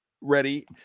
ready